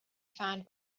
found